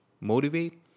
motivate